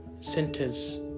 centers